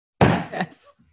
Yes